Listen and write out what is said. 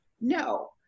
no